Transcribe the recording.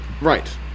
right